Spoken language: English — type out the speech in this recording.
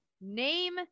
name